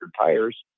tires